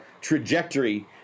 trajectory